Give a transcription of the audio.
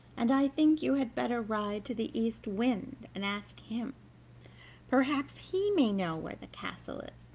and i think you had better ride to the east wind, and ask him perhaps he may know where the castle is,